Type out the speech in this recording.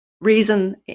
reason